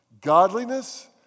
godliness